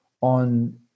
on